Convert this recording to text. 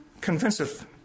convinceth